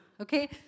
okay